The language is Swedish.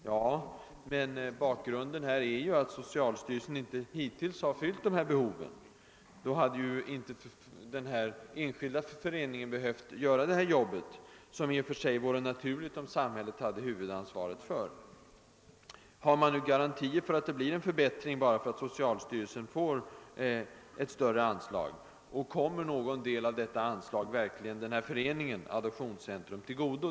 Ja, men bakgrunden är ju att socialstyrelsen hittills inte har tillgodosett behoven — i annat fall hade ju inte den enskilda föreningen behövt fullgöra de uppgifter som det i och för sig vore naturligt om samhället hade huvudansvaret för. Finns det nu garantier för att det blir en förbättring när socialstyrelsen får ett större anslag, och kommer någon del av detta anslag Föreningen Adoptionscentrum till godo?